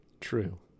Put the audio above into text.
True